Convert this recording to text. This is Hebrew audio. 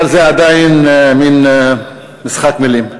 אבל זה עדיין מין משחק מילים.